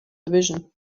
division